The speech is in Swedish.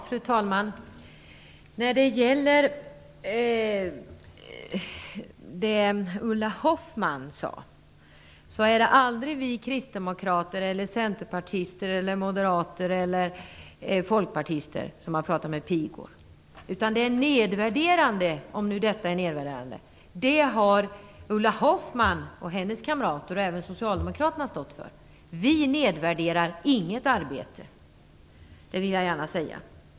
Fru talman! När det gäller det Ulla Hoffmann sade vill jag säga att det aldrig är vi kristdemokrater, eller centerpartister, moderater eller folkpartister, som har pratat om pigor. Det nedvärderande, om nu detta är nedvärderande, har Ulla Hoffmann och hennes kamrater och även socialdemokraterna stått för. Vi nedvärderar inget arbete. Det vill jag gärna säga.